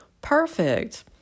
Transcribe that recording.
perfect